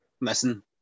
Listen